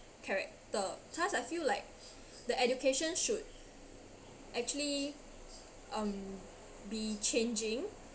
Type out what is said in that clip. character thus I feel like the education should actually um be changing